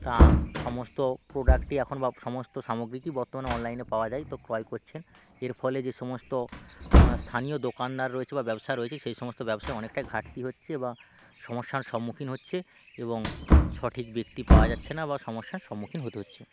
তা সমস্ত প্রোডাক্টই এখন বা সমস্ত সামগ্রিকই বর্তমানে অনলাইনে পাওয়া যায় তো ক্রয় করছে এর ফলে যে সমস্ত স্থানীয় দোকানদার রয়েছে বা ব্যবসা রয়েছে সেই সমস্ত ব্যবসায় অনেকটাই ঘাটতি হচ্ছে বা সমস্যার সম্মুখীন হচ্ছে এবং সঠিক ব্যক্তি পাওয়া যাচ্ছে না বা সমস্যার সম্মুখীন হতে হচ্ছে